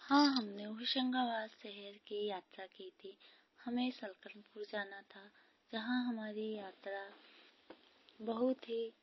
हाँ हमने होशंगाबाद शहर की यात्रा की थी हमें सलकनपुर जाना था जहाँ हमारी यात्रा बहुत ही